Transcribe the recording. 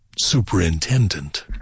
superintendent